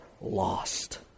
lost